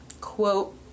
Quote